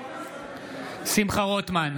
שמחה רוטמן,